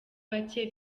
bake